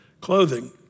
clothing